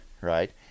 right